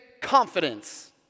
confidence